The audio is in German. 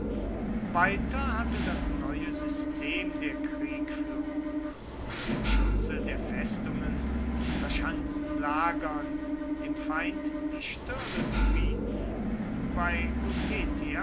weiter hatte das neue system der kriegführung unter dem schutze der festungen in verschanzten lagern dem feind die stirne zu bieten bei